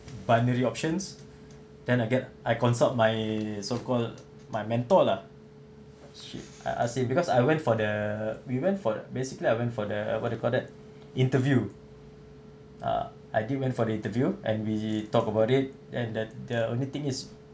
binary options then I get I consult my so called my mentor lah she I ask him because I went for the we went for basically I went for the what you call that interview ah I did went for the interview and we talk about it and that the only thing is